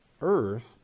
earth